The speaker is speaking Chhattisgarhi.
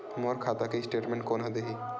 मोर खाता के स्टेटमेंट कोन ह देही?